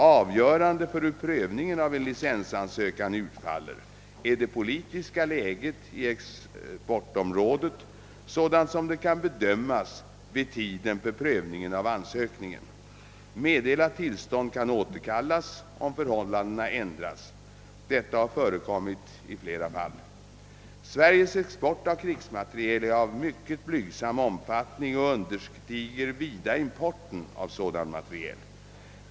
Avgörande för hur prövningen av en licensansökan utfaller är det politiska läget i exportområdet sådant som det kan bedömas vid tiden för prövningen av ansökningen. Meddelat tillstånd kan återkallas om förhållandena ändras. Detta har förekommit i flera fall. Sveriges export av krigsmateriel är av mycket blygsam omfattning och understiger vida importen av sådan materiel.